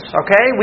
okay